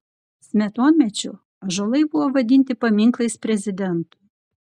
smetonmečiu ąžuolai buvo vadinti paminklais prezidentui